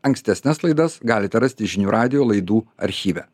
ankstesnes laidas galite rasti žinių radijo laidų archyve